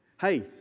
hey